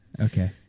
Okay